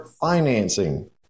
financing